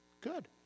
Good